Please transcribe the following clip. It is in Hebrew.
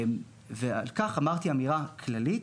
על כך אמרתי אמירה כללית.